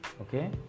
Okay